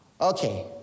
Okay